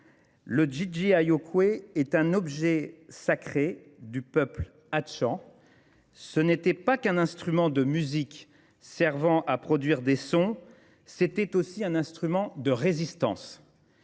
Le dji-dji ayokwe est un objet sacré du peuple hachang. Ce n'était pas qu'un instrument de musique servant à produire des sons, c'était aussi un instrument de résistance.